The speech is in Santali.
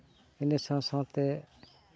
ᱤᱱᱟᱹ ᱥᱟᱶ ᱥᱟᱶᱛᱮ